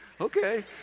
okay